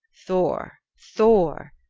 thor, thor!